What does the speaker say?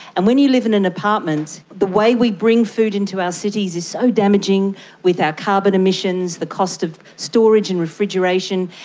and when you live in an apartment, the way we bring food into our cities is so damaging with our carbon emissions, the cost of storage and refrigeration,